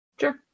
Sure